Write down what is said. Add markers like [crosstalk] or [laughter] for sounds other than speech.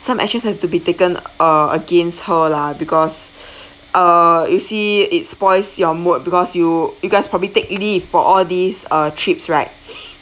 some actions have to be taken err against her lah because [breath] err you see it spoils your mood because you you guys probably take leave for all these uh trips right